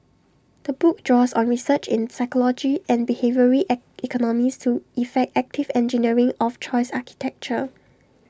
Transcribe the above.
the book draws on research in psychology and behavioural I economics to effect active engineering of choice architecture